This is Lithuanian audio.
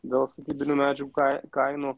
dėl statybinių medžiagų kai kainų